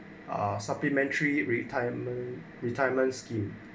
a supplementary retirement retirement scheme